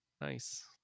nice